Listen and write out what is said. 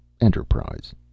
Enterprise